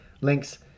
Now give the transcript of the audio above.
links